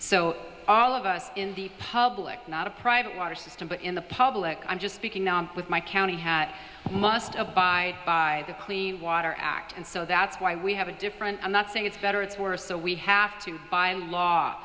so all of us in the public not a private water system but in the public i'm just speaking with my county have i must abide by the clean water act and so that's why we have a different i'm not saying it's better it's worse so we have to by law